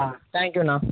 தேங்க்யூண்ணா